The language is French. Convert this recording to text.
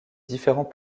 différents